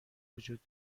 وجود